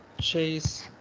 Chase